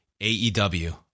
AEW